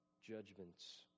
judgments